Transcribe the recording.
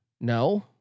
No